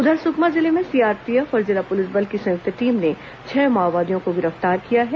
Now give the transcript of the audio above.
उधर सुकमा जिले में सीआरपीएफ और जिला पुलिस बल की संयुक्त टीम ने छह माओवादियों को गिरफ्तार किया है